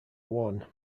one